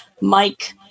Mike